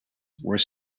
were